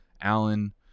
Allen